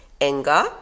anger